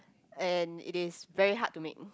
and it is very hard to make